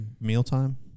mealtime